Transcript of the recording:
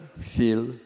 feel